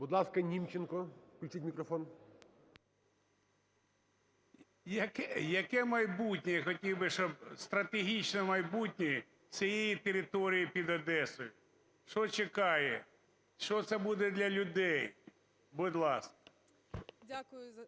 Будь ласка, Німченко, включіть мікрофон. 10:46:11 НІМЧЕНКО В.І. Яке майбутнє, я хотів би, щоб… стратегічне майбутнє цієї території під Одесою? Що чекає? Що це буде для людей? Будь ласка.